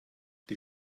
die